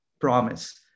promise